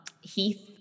heath